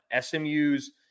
SMU's